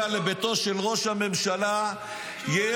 לביתו של ראש הממשלה -- כשהוא לא היה בבית.